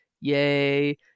Yay